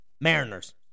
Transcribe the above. Mariners